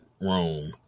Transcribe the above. room